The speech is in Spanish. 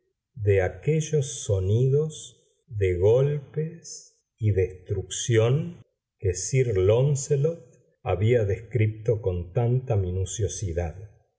de aquellos sonidos de golpes y destrucción que sir láuncelot había descrito con tanta minuciosidad